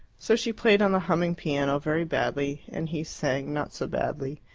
so she played on the humming piano very badly, and he sang, not so badly.